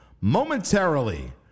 momentarily